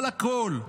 אבל הכול,